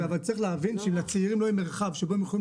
צריך להבין שאם לצעירים לא יהיה מרחב שבו הם יכולים